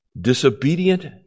Disobedient